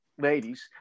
ladies